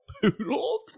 poodles